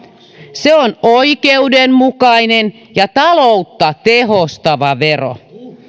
se on oikeudenmukainen ja taloutta tehostava vero